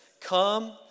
Come